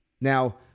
Now